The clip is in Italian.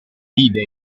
vide